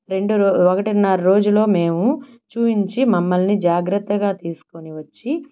రెండు రో ఒకటిన్నర రోజులో మేము చూపించి మమ్మల్ని జాగ్రత్తగా తీసుకొని వచ్చి